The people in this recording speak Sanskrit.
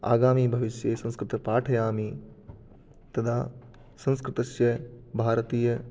आगामिभविष्ये संस्कृतं पाठयामि तदा संस्कृतस्य भारतीय